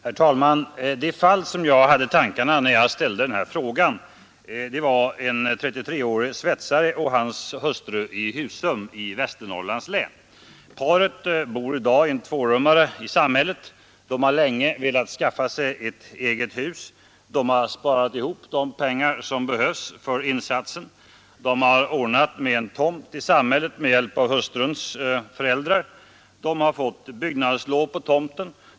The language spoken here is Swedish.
Herr talman! Det fall som jag hade i tankarna när jag ställde den här frågan gäller en 33-årig svetsare och hans hustru i Husum i Västernorrlands län. Paret bor i dag i en tvårummare i samhället. De har länge velat skaffa sig ett eget hus och har sparat ihop de pengar som behövs för insatsen. De har ordnat med en tomt i samhället med hjälp av hustruns föräldrar. De har fått byggnadslån på tomten.